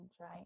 right